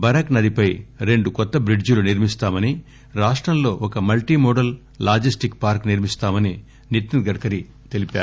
Barack నదిపై రెండు కొత్త బ్రిడ్జిలు నిర్మిస్తామనిరాష్టంలో ఒక మల్టీ మోడల్ లాజిస్టిక్పార్క్ నిర్మిస్తామని నితిన్ గడ్కరి తెలిపారు